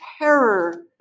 terror